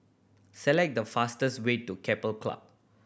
select the fastest way to Keppel Club